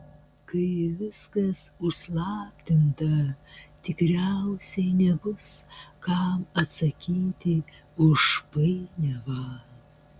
kai viskas užslaptinta tikriausiai nebus kam atsakyti už painiavą